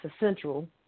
essential